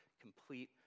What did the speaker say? complete